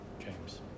James